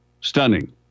Stunning